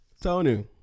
Tony